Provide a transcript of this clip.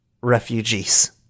refugees